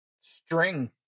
string